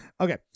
okay